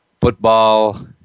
football